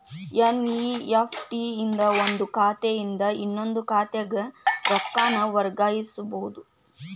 NEFT ಇಂದ ಒಂದ್ ಖಾತೆಯಿಂದ ಇನ್ನೊಂದ್ ಖಾತೆಗ ರೊಕ್ಕಾನ ವರ್ಗಾಯಿಸಬೋದು